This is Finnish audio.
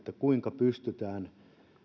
kuinka pystytään